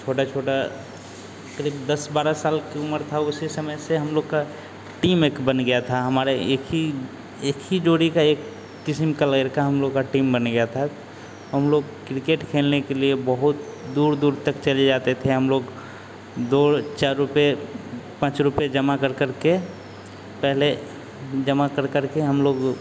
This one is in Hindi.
छोटा छोटा करीब दस बारह साल की उमर था उसी समय से हमलोग की टीम एक बन गई थी हमारी एक ही एक ही जोड़ी का एक किसिम कलर का हमलोग की टीम बन गई थी हमलोग क्रिकेट खेलने के लिए बहुत दूर दूर तक चले जाते थे हमलोग दो चार रुपये पाँच रुपये जमा कर करके पहले जमा कर करके हमलोग